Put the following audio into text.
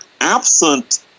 absent